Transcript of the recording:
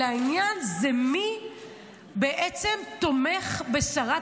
אלא העניין הוא מי בעצם תומך בשרת